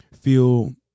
feel